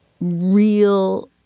real